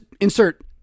insert